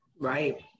right